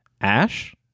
Ash